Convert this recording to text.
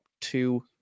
two